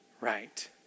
right